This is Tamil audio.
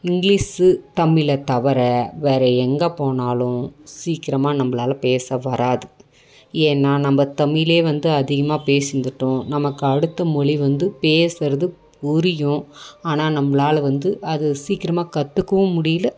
இங்கிலீஷு தமிழை தவிர வேறு எங்கே போனாலும் சீக்கிரமாக நம்மளால பேச வராது ஏன்னால் நம்ம தமிழே வந்து அதிகமாக பேசி இருந்துட்டோம் நமக்கு அடுத்த மொழி வந்து பேசுகிறது புரியும் ஆனால் நம்மளால வந்து அது சீக்கிரமாக கற்றுக்கவும் முடியல